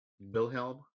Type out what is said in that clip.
Wilhelm